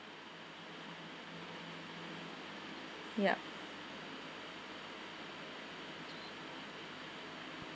yup